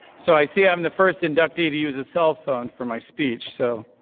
so i see i am the first inductee to use a cell phone for my speech. so